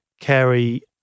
carry